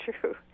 true